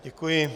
Děkuji.